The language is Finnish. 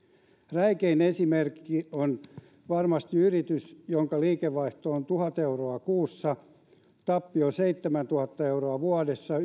räikein esimerkki on varmasti yritys jonka liikevaihto on tuhat euroa kuussa tappio seitsemäntuhatta euroa vuodessa